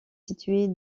située